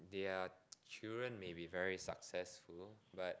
their children may be very successful but